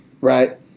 Right